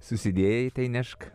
susidėjai tai nešk